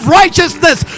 righteousness